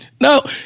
no